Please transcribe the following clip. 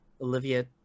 Olivia